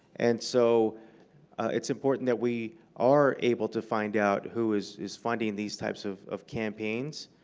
and so it's important that we are able to find out who is is funding these types of of campaigns.